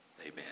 Amen